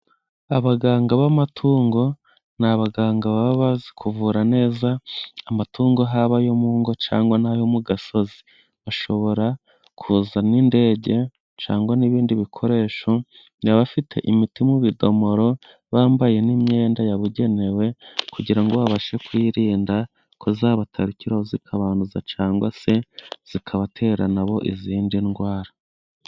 Abaganga b'amatungo ni abaganga baba bazi kuvura neza amatungo， haba ayo mu ngo，cyangwa n'ayo mu gasozi，bashobora kuza n'indege， cyangwa n'ibindi bikoresho， baba abafite imiti mu bidomoro， bambaye n'imyenda yabugenewe， kugira ngo babashe kuyirinda，ko zabatarukiriza zikabanduza cyangwa se zikabatera nabo izindi ndwara.